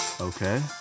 Okay